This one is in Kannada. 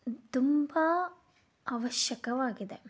ತುಂಬ ಅವಶ್ಯಕವಾಗಿದೆ